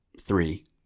three